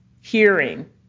hearing